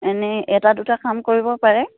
এনেই এটা দুটা কাম কৰিব পাৰে